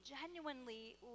genuinely